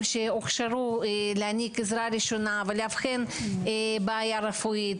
שהוכשרו להעניק עזרה ראשונה ולאבחן בעיה רפואית.